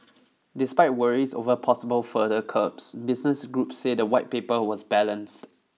despite worries over possible further curbs business groups say the white paper was balanced